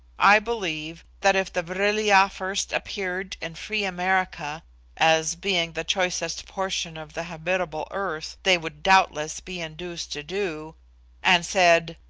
i believe that if the vril-ya first appeared in free america as, being the choicest portion of the habitable earth, they would doubtless be induced to do and said,